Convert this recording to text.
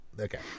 Okay